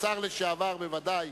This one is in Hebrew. השר לשעבר, בוודאי,